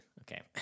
Okay